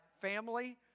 family